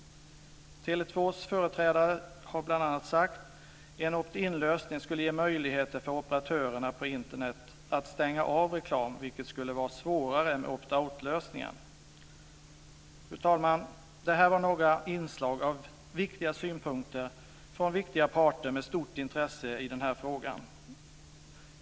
Tele 2:s företrädare har bl.a. sagt: En opt-inlösning skulle ge möjligheter för operatörerna på Internet att stänga av reklam, vilket skulle vara svårare med opt-out-lösningen. Fru talman! Det här var några viktiga synpunkter från viktiga parter med stort intresse i den här frågan.